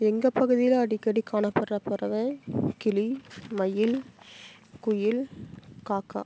எங்கள் பகுதியில் அடிக்கடி காணப்படுற பறவை கிளி மயில் குயில் காக்கா